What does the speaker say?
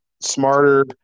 smarter